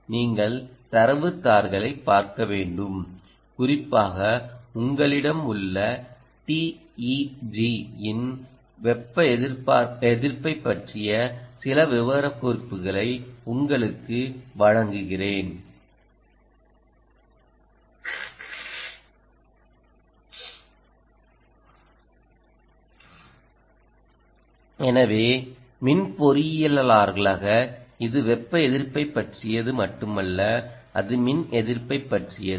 நீங்கள் தரவுத் தாள்களைப் பார்க்க வேண்டும் குறிப்பாக உங்களிடம் உள்ள TEG ன் வெப்ப எதிர்ப்பைப் பற்றிய சில விவரக்குறிப்புகளை உங்களுக்கு வழங்குகிறேன் எனவே மின் பொறியியலாளர்களாக இது வெப்ப எதிர்ப்பைப் பற்றியது மட்டுமல்ல அது மின் எதிர்ப்பைப் பற்றியது